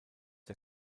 der